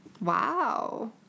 Wow